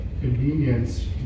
convenience